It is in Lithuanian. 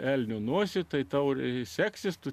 elnio nosį tai taurė seksis tu